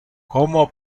como